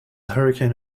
hurricane